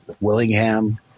Willingham